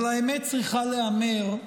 אבל האמת צריכה להיאמר,